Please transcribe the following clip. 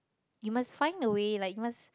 you must find a way like you must